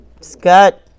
Scott